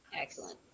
Excellent